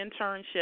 internship